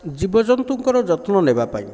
ଜୀବ ଜନ୍ତୁଙ୍କର ଯତ୍ନ ନେବା ପାଇଁ